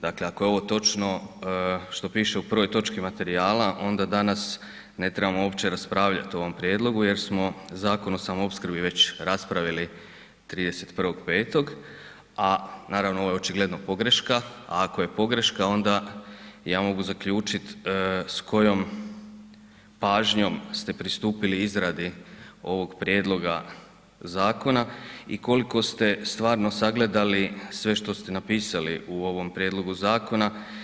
Dakle, ako je ovo točno što piše u prvoj točki materijala onda danas ne trebamo uopće raspravljati o ovom prijedlogu jer smo Zakon o samoopskrbi već raspravili 31.5., a naravno ovo je očigledno pogreška, a ako je pogreška onda ja mogu zaključiti s kojom pažnjom ste pristupili izradi ovog prijedloga zakona i koliko ste stvarno sagledali sve što ste napisali u ovom prijedlogu zakona.